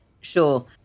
Sure